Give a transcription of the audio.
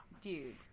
dude